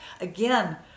Again